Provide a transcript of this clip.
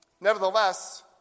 Nevertheless